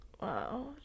wow